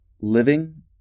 Living